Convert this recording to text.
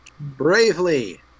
bravely